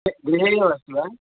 गृहे एव अस्ति वा